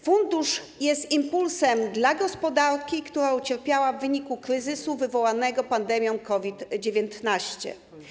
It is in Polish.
Fundusz jest impulsem dla gospodarki, która ucierpiała w wyniku kryzysu wywołanego pandemią COVID-19.